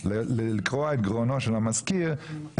זה ייקח לנו רבע